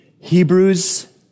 Hebrews